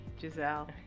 Giselle